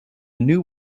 new